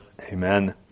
Amen